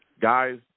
guys